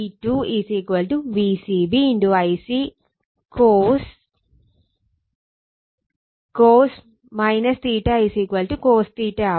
P2 Vcb Ic cos cos cos ആവും